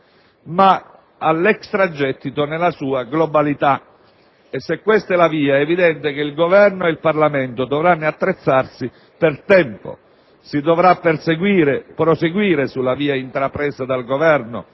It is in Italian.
ma all'extragettito nella sua globalità. Se questa è la via, è evidente che il Governo e il Parlamento dovranno attrezzarsi per tempo. Si dovrà proseguire sulla via intrapresa dal Governo